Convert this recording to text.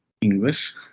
English